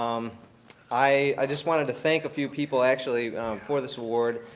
um i just wanted to thank a few people actually for this award.